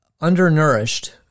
undernourished